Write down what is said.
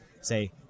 say